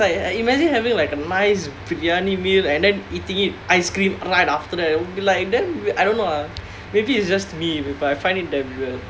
I just feel weird it's like imagine having like a nice briyani meal and then eating it ice cream right after that it will be like then I don't know ah maybe it's just me but I find it damn weird